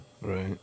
Right